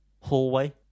hallway